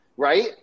right